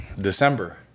December